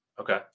Okay